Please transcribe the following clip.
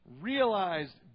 realized